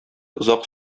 озак